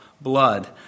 blood